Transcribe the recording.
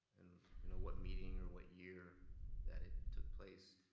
in you know what meeting or what year that it took place,